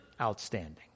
outstanding